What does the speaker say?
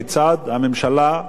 כיצד הממשלה,